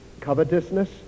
covetousness